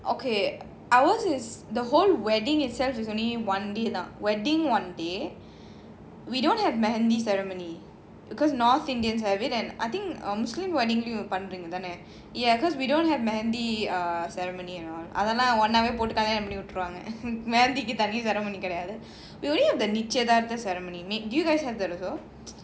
okay ours is the whole wedding itself is only one day wedding one day we don't have marriage ceremony because north indians have it and I think muslim wedding ya cause we don't have ceremony and all we only have the ceremony do you guys have that also